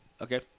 Okay